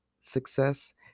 success